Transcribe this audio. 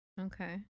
Okay